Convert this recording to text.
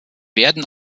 werden